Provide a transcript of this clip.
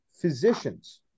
physicians